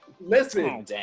Listen